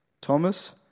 Thomas